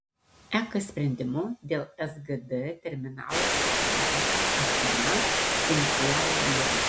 ek sprendimu dėl sgd terminalo nepatenkinta achema inicijavo bylą